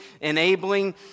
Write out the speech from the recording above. enabling